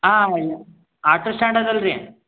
ಹಾಂ auto stand ಅದ ಅಲ್ರಿ